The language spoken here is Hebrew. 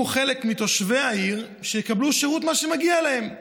חלק מתושבי העיר שיקבלו שירות שמגיע להם.